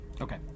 Okay